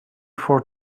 for